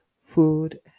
food